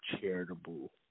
charitable